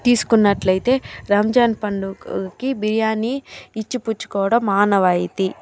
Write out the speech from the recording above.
తీసుకున్నట్లయితే రంజాన్ పండుగకి బిర్యానీ ఇచ్చిపుచ్చుకోవడం ఆనవాయితీ